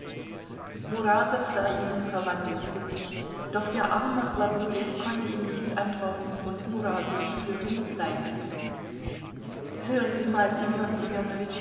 murasow sah ihm unverwandt ins gesicht doch der arme chlobujew konnte ihm nichts antworten und murasow spürte mitleid mit ihm hören sie mal ssemjon